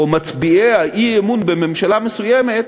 או מצביעי האי-אמון בממשלה מסוימת,